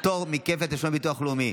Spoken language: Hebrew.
פטור מכפל תשלום דמי ביטוח לאומי),